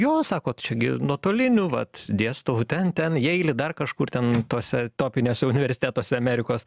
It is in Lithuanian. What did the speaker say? jo sako čia gi nuotoliniu vat dėstau ten ten jeily dar kažkur ten tuose topiniuos universitetuose amerikos